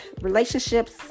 relationships